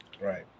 Right